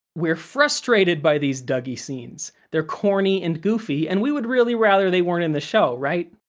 we're frustrated by these dougie scenes. they're corny and goofy, and we would really rather they weren't in the show, right?